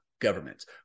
governments